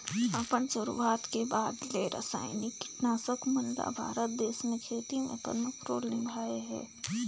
अपन शुरुआत के बाद ले रसायनिक कीटनाशक मन ल भारत देश म खेती में प्रमुख रोल निभाए हे